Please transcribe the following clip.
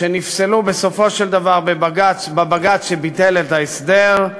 שנפסלו בסופו של דבר בבג"ץ שביטל את ההסדר,